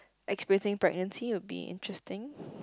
experiencing pregnancy will be interesting